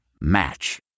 Match